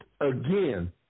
again